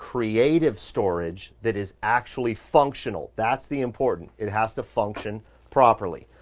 creative storage that is actually functional. that's the important. it has to function properly.